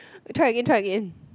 try again try again